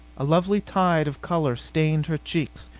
a lovely tide of color stained her cheeks.